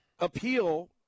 appeal